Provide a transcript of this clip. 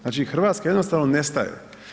Znači Hrvatska jednostavno nestaje.